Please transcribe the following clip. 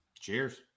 Cheers